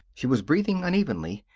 she was breathing unevenly.